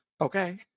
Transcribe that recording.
okay